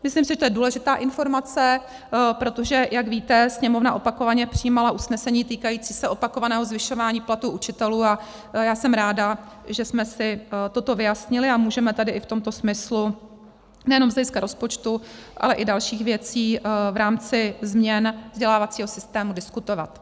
Myslím si, že to je důležitá informace, protože jak víte, Sněmovna opakovaně přijímala usnesení týkající se opakovaného zvyšování platů učitelů a já jsem ráda, že jsme si toto vyjasnili a můžeme tady i v tomto smyslu nejenom z hlediska rozpočtu, ale i dalších věcí v rámci změn vzdělávacího systému diskutovat.